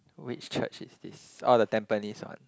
which church is this oh the Tampines [One]